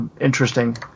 interesting